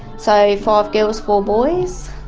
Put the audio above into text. so five girls four boys.